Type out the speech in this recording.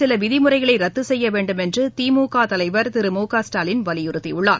சில விதிமுறைகளை ரத்து செய்ய வேண்டும் என்று திமுக தலைவர் திரு மு க ஸ்டாலின் வலியுறத்தியுள்ளார்